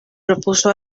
propuso